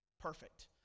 perfect